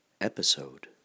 episode